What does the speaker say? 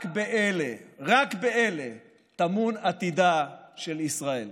רק באלה טמון עתידה של ישראל.